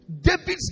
David's